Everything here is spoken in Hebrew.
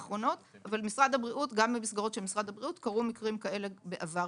אבל גם במסגרות של משרד הבריאות קרו מקרים כאלה בעבר.